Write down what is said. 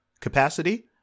capacity